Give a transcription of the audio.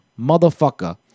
motherfucker